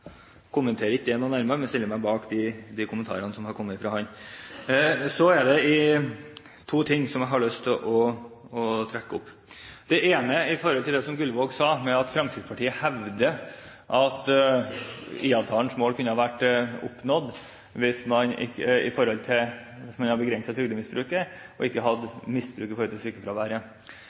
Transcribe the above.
kommenterer ikke det noe nærmere. Men jeg stiller meg bak de kommentarene som er kommet fra ham. Det er to ting jeg har lyst til å trekke fram. Det ene er det Gullvåg sa om at Fremskrittspartiet hevder at IA-avtalens mål kunne ha vært oppnådd hvis man hadde begrenset trygdemisbruket og ikke hadde misbruk av sykefraværet. Dette er ikke noe Fremskrittspartiet hevder, det er noe som kom frem under høringene om saken i